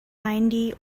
ninety